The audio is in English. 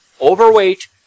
overweight